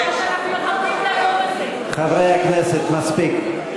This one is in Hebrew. אנחנו מכבדים את היום הזה, חברי הכנסת, מספיק.